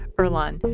earlonne,